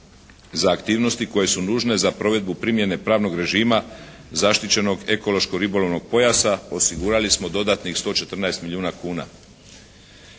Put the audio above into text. za aktivnosti koje su nužne za provedbu primjene pravnog režima zaštićenog ekološko-ribolovnog pojasa osigurali smo dodatnih 114 milijuna kuna.